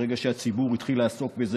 ברגע שהציבור התחיל לעסוק בזה,